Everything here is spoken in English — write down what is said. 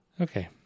Okay